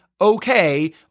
okay